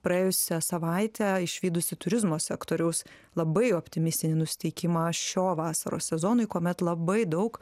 praėjusią savaitę išvydusi turizmo sektoriaus labai optimistinį nusiteikimą šio vasaros sezonui kuomet labai daug